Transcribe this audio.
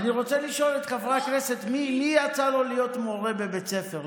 אני רוצה לשאול את חברי הכנסת מי יצא לו להיות מורה בבית ספר,